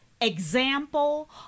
example